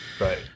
Right